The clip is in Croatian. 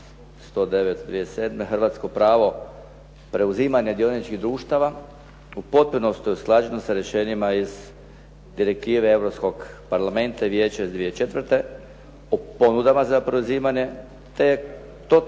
hrvatsko pravo preuzimanje dioničkih društava u potpunosti je usklađeno sa rješenjima iz Direktive Europskog parlamenta i Vijeća iz 2004. o ponudama za preuzimanje, te je to